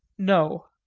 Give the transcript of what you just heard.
no.